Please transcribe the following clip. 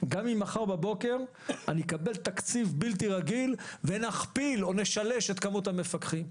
גם אם מחר בבוקר אקבל תקציב בלתי רגיל ונכפיל או נשלש את מספר המפקחים.